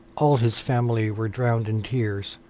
all his family were drowned in tears,